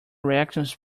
reactions